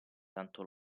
tanto